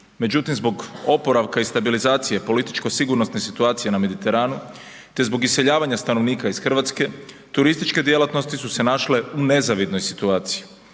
Međutim, zbog oporavka i stabilizacije političko sigurnosnih situacija na Mediteranu, te zbog iseljavanja stanovnika iz RH, turističke djelatnosti su se našle u nezavidnoj situaciji.